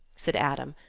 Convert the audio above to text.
said adam.